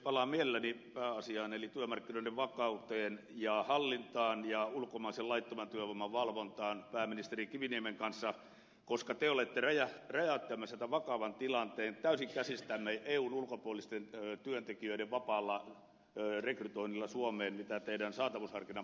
palaan mielelläni pääasiaan eli työmarkkinoiden vakauteen ja hallintaan ja ulkomaisen laittoman työvoiman valvontaan koska te olette pääministeri kiviniemen kanssa räjäyttämässä tämän vakavan tilanteen täysin käsistämme eun ulkopuolisten työntekijöiden vapaalla rekrytoinnilla suomeen mitä teidän esittämänne saatavuusharkinnan poisto merkitsee